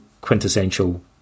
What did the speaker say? quintessential